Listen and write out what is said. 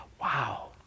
Wow